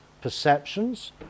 perceptions